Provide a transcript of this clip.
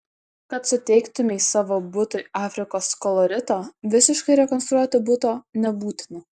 kad suteiktumei savo butui afrikos kolorito visiškai rekonstruoti buto nebūtina